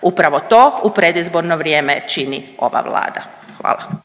ćemo i odraditi glasanje. **Reiner, Željko (HDZ)**